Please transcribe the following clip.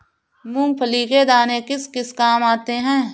मूंगफली के दाने किस किस काम आते हैं?